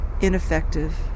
ineffective